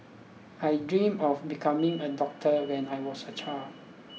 I dreamt of becoming a doctor when I was a child